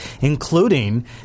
including